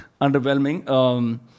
underwhelming